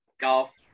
Golf